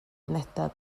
unedau